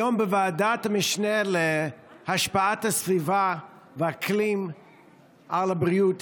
היום בוועדת המשנה להשפעת הסביבה והאקלים על הבריאות